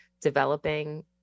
developing